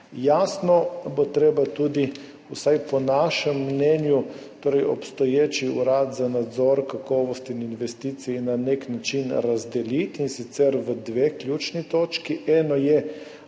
Jasno bo treba tudi, vsaj po našem mnenju, obstoječi Urad za nadzor, kakovost in investicije na nek način razdeliti, in sicer na dve ključni točki. Eno je